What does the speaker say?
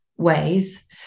ways